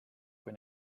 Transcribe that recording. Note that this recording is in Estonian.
kui